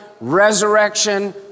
resurrection